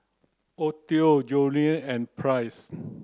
Audie Jolie and Price